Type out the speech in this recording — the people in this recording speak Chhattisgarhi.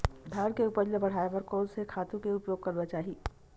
धान के उपज ल बढ़ाये बर कोन से खातु के उपयोग करना चाही?